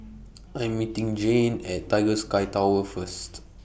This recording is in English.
I Am meeting Jayne At Tiger Sky Tower First